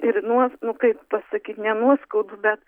ir nuos nu kaip pasakyt ne nuoskaudų bet